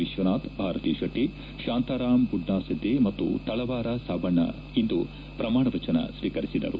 ವಿಶ್ವನಾಥ್ ಭಾರತಿ ಶೆಟ್ಟಿ ಶಾಂತರಾಮ್ ಬುಡ್ನಾ ಸಿದ್ದಿ ಮತ್ತು ತಳವಾರ ಸಾಬಣ್ಣ ಇಂದು ಪ್ರಮಾಣ ವಚನ ಸ್ವೀಕರಿಸಿದರು